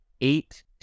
eight